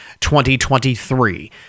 2023